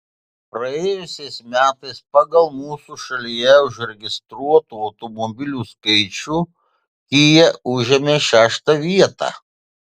praėjusiais metais pagal mūsų šalyje užregistruotų automobilių skaičių kia užėmė šeštą vietą